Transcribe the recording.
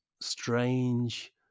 strange